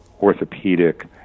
orthopedic